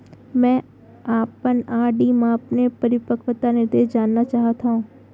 मै अपन आर.डी मा अपन परिपक्वता निर्देश जानना चाहात हव